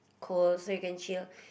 cold so you can chill